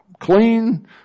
Clean